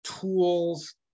tools